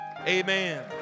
amen